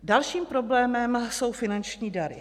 Dalším problémem jsou finanční dary.